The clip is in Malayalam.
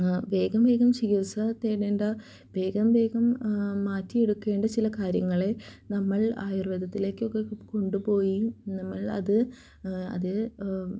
വേഗം വേഗം ചികിത്സ തേടേണ്ട വേഗം വേഗം മാറ്റിയെടുക്കേണ്ട ചില കാര്യങ്ങളെ നമ്മൾ ആയുർ വേദത്തിലേക്കക്കെ കൊണ്ട് പോയി നമ്മൾ അത് അത്